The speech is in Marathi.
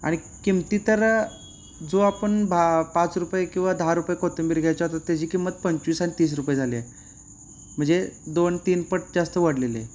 आणि किंमती तर जो आपण भा पाच रुपये किंवा दहा रुपये कोथिंबीर घ्यायचा तर त्याची किंमत पंचवीस आणि तीस रुपये झाली आहे म्हणजे दोन तीनपट जास्त वाढलेली आहे